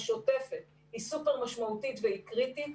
השוטפת היא סופר משמעותית והיא קריטית.